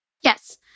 Yes